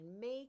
make